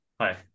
Hi